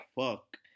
fuck